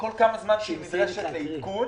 כל כמה זמן שהיא נדרשת לעדכון.